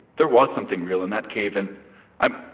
there was something real in that cave and i'm.